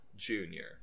Junior